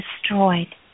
destroyed